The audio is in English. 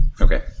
Okay